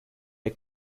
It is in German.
der